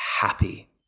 happy